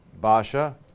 Basha